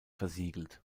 versiegelt